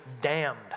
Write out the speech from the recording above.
damned